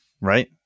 right